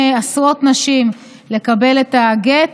עשרות נשים לקבל את הגט,